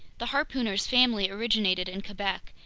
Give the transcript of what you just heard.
the harpooner's family originated in quebec,